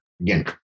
again